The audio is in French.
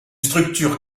structure